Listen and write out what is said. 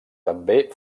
també